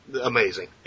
amazing